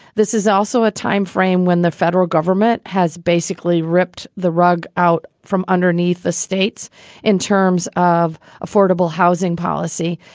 this is also a time frame when the federal government has basically ripped the rug out from underneath the states in terms of affordable housing policy.